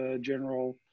General